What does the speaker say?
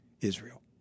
Israel